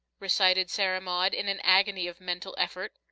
recited sarah maud, in an agony of mental effort.